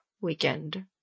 weekend